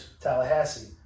Tallahassee